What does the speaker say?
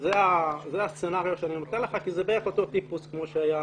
זה הסצנריו כי זה בערך אותו טיפוס כמו שהיה